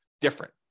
different